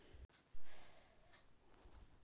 बलुआही मिट्टी में कौन से फसल अच्छा किस्म के होतै?